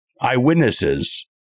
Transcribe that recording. eyewitnesses